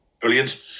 Brilliant